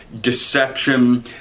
deception